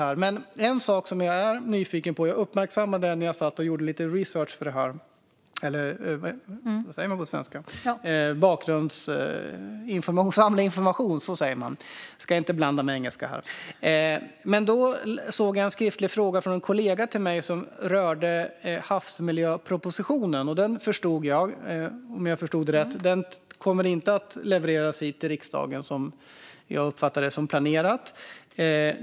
Det finns en sak som jag är nyfiken på och som jag uppmärksammade när jag satt och gjorde lite research, eller samlade in information - jag ska inte blanda in engelska här. Då såg jag en skriftlig fråga från en kollega till mig om havsmiljöpropositionen, som, om jag förstod rätt, inte kommer att levereras till riksdagen som planerat.